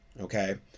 okay